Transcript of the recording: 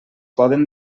poden